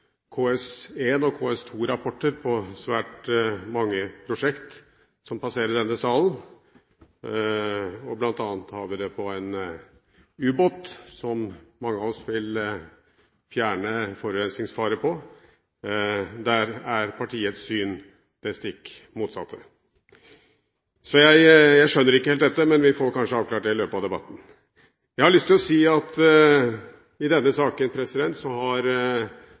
på svært mange prosjekt som passerer denne salen. Blant annet har vi det på en ubåt som mange av oss vil fjerne på grunn av forurensningsfaren. Der er partiets syn det stikk motsatte. Så jeg skjønner ikke helt dette, men vi får kanskje avklart det i løpet av debatten. Jeg har lyst til å si at i denne saken